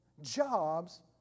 jobs